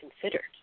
considered